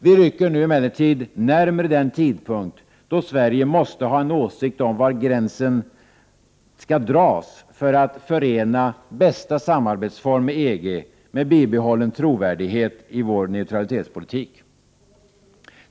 Vi rycker nu emellertid allt närmre den tidpunkt då Sverige måste ha en åsikt om var gränserna skall dras för att förena bästa samarbetsform med EG med bibehållen trovärdighet i vår neutralitetspolitik.